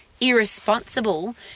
irresponsible